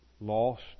lost